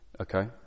Okay